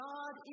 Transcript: God